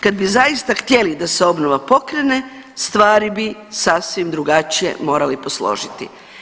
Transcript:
Kad bi zaista htjeli da se obnova pokrene stvari bi sasvim drugačije morali posložiti.